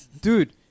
dude